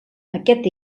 aquest